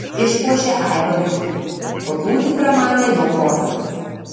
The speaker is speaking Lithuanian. išpuošė aibe vaizdų kokių tik pramanė jo protas